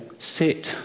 sit